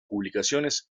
publicaciones